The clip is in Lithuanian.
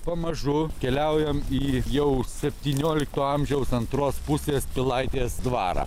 pamažu keliaujam į jau septyniolikto amžiaus antros pusės pilaitės dvarą